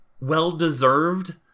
well-deserved